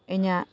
ᱤᱧᱟᱹᱜ